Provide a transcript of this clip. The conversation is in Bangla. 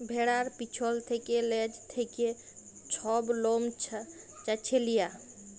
ভেড়ার পিছল থ্যাকে লেজ থ্যাকে ছব লম চাঁছে লিয়া